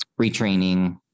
retraining